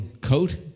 coat